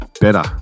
better